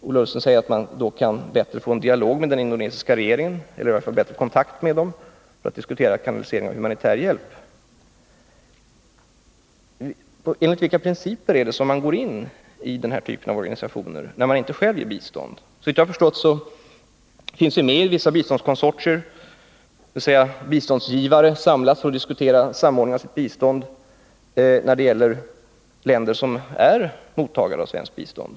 Ola Ullsten säger att man därmed bättre kan få kontakt med den indonesiska regeringen för att diskutera kanaliseringen av humanitär hjälp. Enligt vilka principer går man in i den här typen av organisationer när man inte själv ger bistånd? Såvitt jag förstår är vi med i vissa biståndskonsortier, där biståndsgivare samlas för att diskutera samordningen av sitt bistånd när det gäller länder som är mottagare av svenskt bistånd.